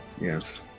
Yes